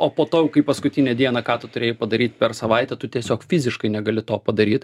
o po to jau kai paskutinę dieną ką tu turėjai padaryt per savaitę tu tiesiog fiziškai negali to padaryt